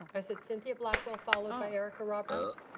i said cynthia blackwell followed by erika roberts.